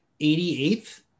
88th